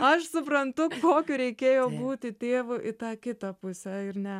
aš suprantu kokiu reikėjo būti tėvu į tą kitą pusę ir ne